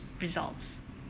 results